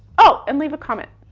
oh, and leave a comment,